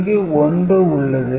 இங்கு 1 உள்ளது